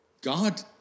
God